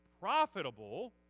profitable